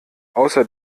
außer